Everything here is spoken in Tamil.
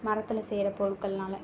மரத்தில் செய்கிற பொருட்கள்னால்